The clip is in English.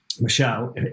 Michelle